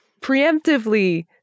preemptively